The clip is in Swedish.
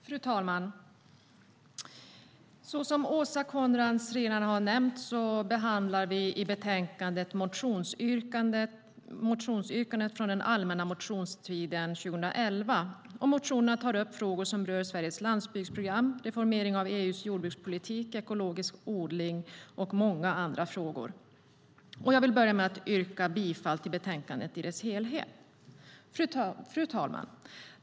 Fru talman! Som Åsa Coenraads redan nämnt behandlar vi i betänkandet motionsyrkanden från den allmänna motionstiden 2011. Motionerna tar upp frågor som rör Sveriges landsbygdsprogram, reformering av EU:s jordbrukspolitik, ekologisk odling och många andra frågor. Jag vill börja med att yrka bifall till förslaget i betänkandet i dess helhet. Fru talman!